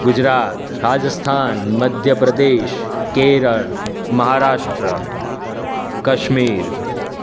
Gujarat Rajasthan Madhya Pradesh Kerala Maharashtra Kashmir